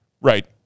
Right